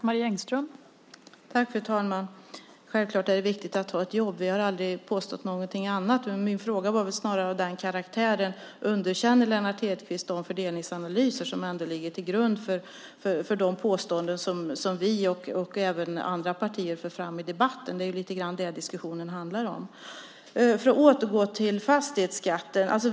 Fru talman! Självklart är det viktigt att ha ett jobb. Vi har aldrig påstått någonting annat. Min fråga var snarare av följande karaktär: Underkänner Lennart Hedquist de fördelningsanalyser som ligger till grund för de påståenden som vi och även andra partier för fram i debatten? Det är lite grann det diskussionen handlar om. Låt mig återgå till fastighetsskatten.